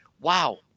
wow